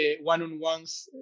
one-on-ones